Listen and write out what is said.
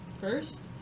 first